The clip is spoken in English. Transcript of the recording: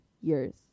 years